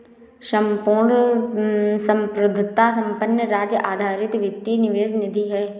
संपूर्ण संप्रभुता संपन्न राज्य आधारित वित्तीय निवेश निधि है